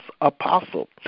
Apostle